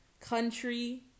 country